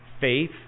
faith